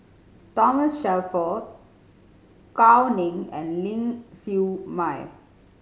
Thomas Shelford Gao Ning and Ling Siew May